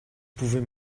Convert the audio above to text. pouvez